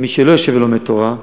ומי שלא יושב ולומד תורה,